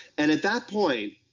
and, at that point,